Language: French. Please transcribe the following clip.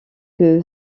que